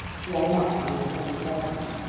dwell much on your form of government.